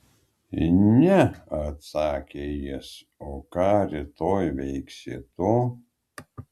ne atsakė jis o ką rytoj veiksi tu